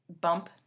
bump